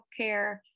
healthcare